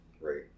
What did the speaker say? Right